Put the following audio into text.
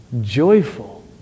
joyful